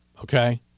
Okay